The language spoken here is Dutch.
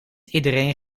iedereen